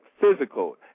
physical